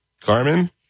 Carmen